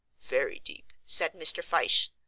very deep, said mr. fyshe.